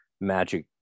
magic